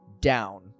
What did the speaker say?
down